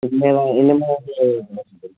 இனிமே தான் இனிமே தான் சார் மோசன் போகும்